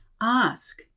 ask